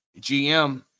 GM